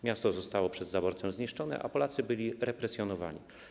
Miasto zostało przez zaborcę zniszczone, a Polacy byli represjonowani.